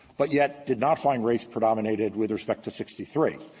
but yet did not find race predominated with respect to sixty three.